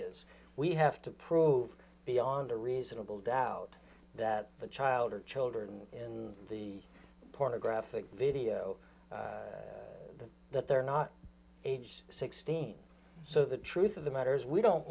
is we have to prove beyond a reasonable doubt that the child or children in the pornographic video that they're not age sixteen so the truth of the matter is we don't